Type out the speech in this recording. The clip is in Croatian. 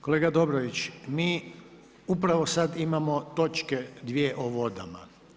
Kolega Dobrović, mi upravo sad imam točke dvije o vodama.